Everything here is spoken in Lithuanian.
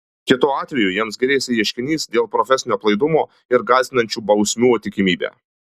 kitu atveju jiems grėsė ieškinys dėl profesinio aplaidumo ir gąsdinančių bausmių tikimybė